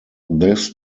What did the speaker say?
this